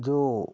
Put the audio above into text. जो